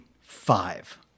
five